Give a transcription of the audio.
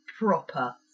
proper